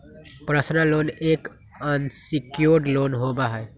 personal loan एक unsecured loan होबा हई